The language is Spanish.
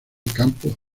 campo